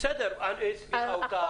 בסדר, אז הוא טעה.